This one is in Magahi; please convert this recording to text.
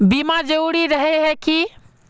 बीमा जरूरी रहे है की?